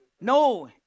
No